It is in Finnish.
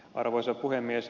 arvoisa puhemies